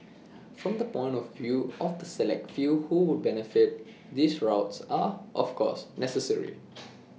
from the point of view of the select few who would benefit these routes are of course necessary